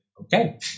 okay